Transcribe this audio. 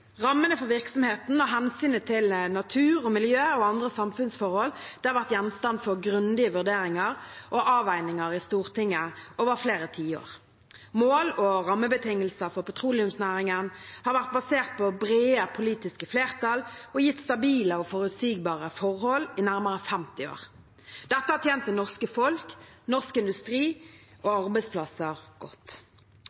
rammene for virksomheten og hensynet til natur og miljø og andre samfunnsforhold har vært gjenstand for grundige vurderinger og avveininger i Stortinget over flere tiår. Mål og rammebetingelser for petroleumsnæringen har vært basert på brede politiske flertall og gitt stabile og forutsigbare forhold i nærmere 50 år. Dette har tjent det norske folk og norsk industri og